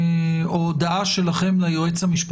מה מחייב מחשבה שנייה,